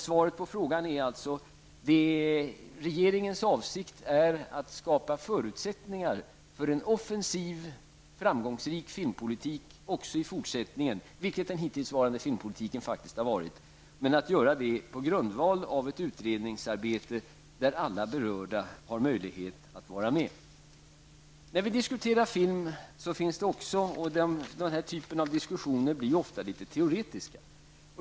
Svaret på frågan är alltså: Regeringens avsikt är att skapa förutsättningar för en offensiv och framgångsrik filmpolitik också i fortsättningen, vilket den hittillsvarande filmpolitiken faktiskt också har varit, men att göra det på grundval av ett utredningsarbete där alla berörda har möjlighet att vara med. När vi diskuterar film blir diskussionen lätt litet teoretisk.